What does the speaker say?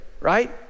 right